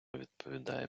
відповідає